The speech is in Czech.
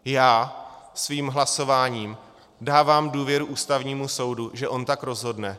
Já svým hlasováním dávám důvěru Ústavnímu soudu, že on tak rozhodne.